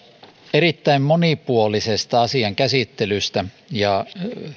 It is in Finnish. erittäin monipuolisesta asian käsittelystä